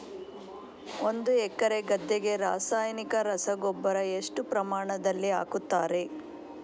ಒಂದು ಎಕರೆ ಗದ್ದೆಗೆ ರಾಸಾಯನಿಕ ರಸಗೊಬ್ಬರ ಎಷ್ಟು ಪ್ರಮಾಣದಲ್ಲಿ ಹಾಕುತ್ತಾರೆ?